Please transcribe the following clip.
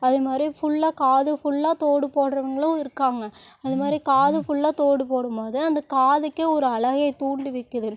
அது மாதிரி ஃபுல்லாக காது ஃபுல்லாக தோடு போடுகிறவங்களும் இருக்காங்க அது மாதிரி காது ஃபுல்லாக தோடு போடும் போது அந்த காதுக்கே ஒரு அழகே தூண்டுவிக்குது